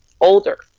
older